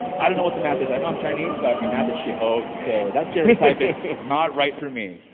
i don't know what the math is. i know i'm chinese but my math is sh t, okay. so that stereotype is not right for me.